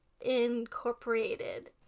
incorporated